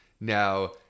Now